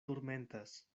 turmentas